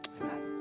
Amen